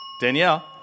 Danielle